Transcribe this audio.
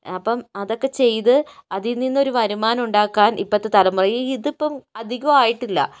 അപ്പം അതൊക്കെ ചെയ്ത് അതിൽ നിന്ന് ഒരു വരുമാനം ഉണ്ടാക്കാൻ ഇപ്പോഴത്തെ തലമുറയിൽ ഇതിപ്പം അധികം ആയിട്ടില്ല